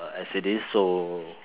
as it is so